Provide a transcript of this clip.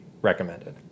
recommended